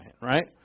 right